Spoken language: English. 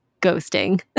ghosting